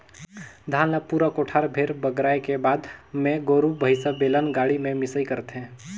धान ल पूरा कोठार भेर बगराए के बाद मे गोरु भईसा, बेलन गाड़ी में मिंसई करथे